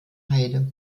heide